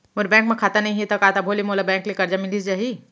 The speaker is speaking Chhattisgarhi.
मोर बैंक म खाता नई हे त का तभो ले मोला बैंक ले करजा मिलिस जाही?